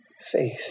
faith